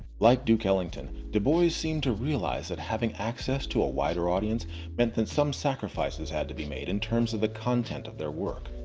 like duke ellington, dubois seemed to realize that having access to a wider audience meant that some sacrifices had to be made in terms of the content of his work.